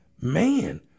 Man